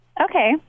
Okay